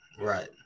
Right